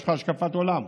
יש לך השקפת עולם.